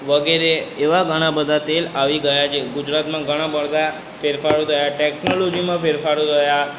વગેરે એવા ઘણા બધા તેલ આવી ગયા છે ગુજરાતમાં ઘણા બધા ફેરફારો થયા ટેક્નોલોજીમાં ફેરફારો થયા